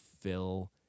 fill